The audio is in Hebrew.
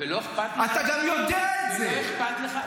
אתה גם יודע את זה.